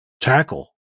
tackle